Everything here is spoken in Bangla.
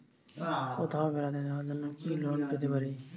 কোথাও বেড়াতে যাওয়ার জন্য কি লোন পেতে পারি?